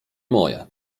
moje